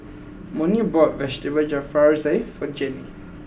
Monnie bought Vegetable Jalfrezi for Gene